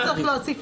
לא צריך להוסיף.